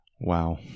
Wow